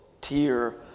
tier